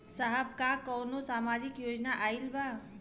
साहब का कौनो सामाजिक योजना आईल बा?